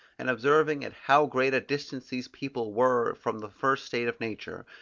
and observing at how great a distance these people were from the first state of nature,